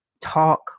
talk